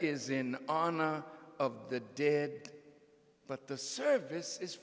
is in honor of the dead but the service is